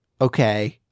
okay